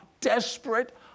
desperate